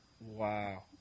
Wow